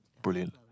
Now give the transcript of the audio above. Brilliant